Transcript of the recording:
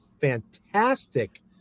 fantastic